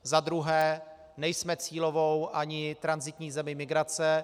Za druhé, nejsme cílovou ani tranzitní zemí migrace.